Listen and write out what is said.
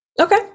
Okay